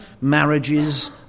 marriages